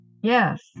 Yes